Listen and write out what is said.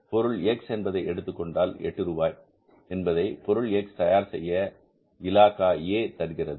பொருள் X என்பதை எடுத்துக்கொண்டால் எட்டு ரூபாய் என்பதை பொருள் X தயார் செய்ய இலாகா ஏ தருகிறது